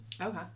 Okay